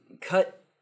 cut